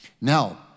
Now